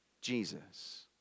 Jesus